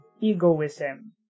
egoism